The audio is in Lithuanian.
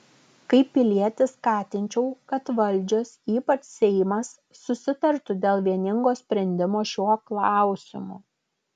kaip pilietis skatinčiau kad valdžios ypač seimas susitartų dėl vieningo sprendimo šiuo klausimu